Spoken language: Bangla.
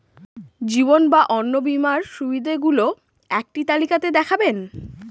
জীবন বা অন্ন বীমার সুবিধে গুলো একটি তালিকা তে দেখাবেন?